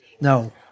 No